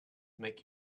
make